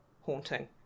haunting